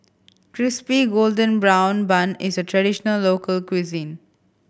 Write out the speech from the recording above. Crispy Golden Brown Bun is a traditional local cuisine